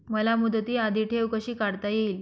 मला मुदती आधी ठेव कशी काढता येईल?